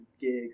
gigs